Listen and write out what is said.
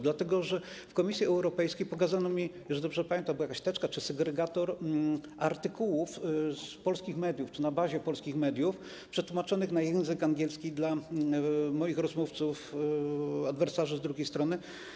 Dlatego że w Komisji Europejskiej pokazano mi - jeżeli dobrze pamiętam - jakąś teczkę czy segregator z artykułami z polskich mediów, czy na bazie polskich mediów, przetłumaczonymi na język angielski dla moich rozmówców - adwersarzy z drugiej strony.